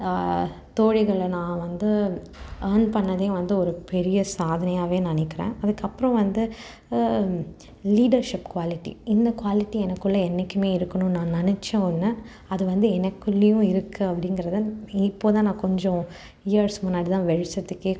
தோழிகளை நான் வந்து ஏர்ன் பண்ணதே வந்து ஒரு பெரிய சாதனையாகவே நினைக்கிறேன் அதுக்கப்பறோம் வந்து லீடர்ஸிப் குவாலிட்டி இந்த குவாலிட்டி எனக்குள்ள என்னைக்குமே இருக்கணும்னு நான் நினச்ச ஒன்று அது வந்து எனக்குள்ளேயும் இருக்குது அப்படிங்குறத இப்போது தான் நான் கொஞ்சம் இயர்ஸ்க்கு முன்னாடி தான் வெளிச்சத்துக்கே